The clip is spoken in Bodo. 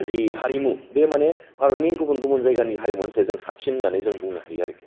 जि हारिमु बे माने भारतनि गुबुन गुबुन जायगानि हारिमुनिसाय जों साबसिन होन्नानै बुंनो हायो आरोखि